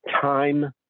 time